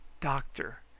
doctor